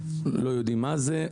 לא יודעים מה זה.